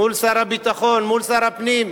מול שר הביטחון, מול שר הפנים,